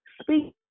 Speak